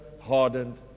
hardened